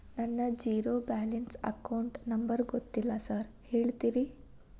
ನನ್ನ zero balance account number ಗೊತ್ತಿಲ್ಲ sir ಹೇಳ್ತೇರಿ?